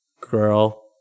girl